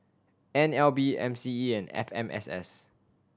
N L B M C E and F M S S